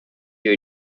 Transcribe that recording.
your